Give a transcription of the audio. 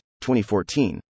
2014